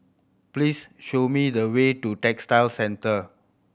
please show me the way to Textile Centre